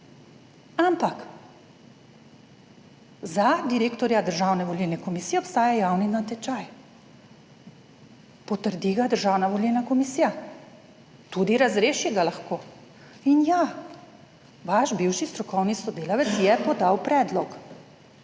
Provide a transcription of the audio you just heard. Ampak, za direktorja Državne volilne komisije obstaja javni natečaj. Potrdi ga Državna volilna komisija, tudi razreši ga lahko. In ja, vaš bivši strokovni sodelavec je podal predlog,